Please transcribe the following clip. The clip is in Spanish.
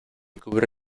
cubre